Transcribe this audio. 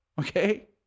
okay